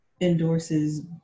endorses